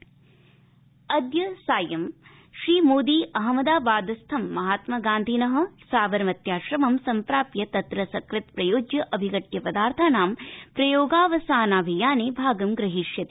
साबरमती अद्य सायं श्रीमोदी अहमदाबादस्थं महात्म गान्धिनः साबरमत्याथ्रमं सम्प्राप्य तत्र सकृत्प्रयोज्य अभिघवे पदार्थानाम् प्रयोगावसानाभियाने भागं प्रहीष्यति